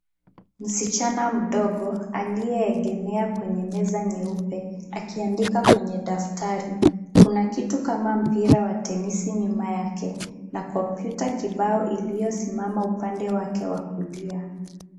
Msichana mdogo aliyeegemea kwenye meza nyeupe akiandika kwenye daftari. Kuna kitu kama mpira wa tenisi nyuma yake na kompyuta kibao iliyosimama upande wake wa kulia.